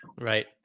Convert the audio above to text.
Right